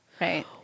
right